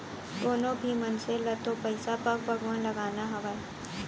कोनों भी मनसे ल तो पइसा पग पग म लगाना हावय